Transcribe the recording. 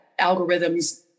algorithms